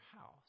house